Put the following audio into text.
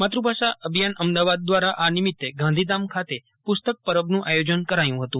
માતૃભાષા અભિયાન અમદાવાદ દ્વારા આ નિમિત્તે ગાંધીધામ ખાતે પુસ્તક પરબનું આયોજન કરાયું હતું